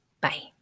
Bye